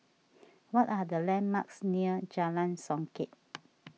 what are the landmarks near Jalan Songket